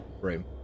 room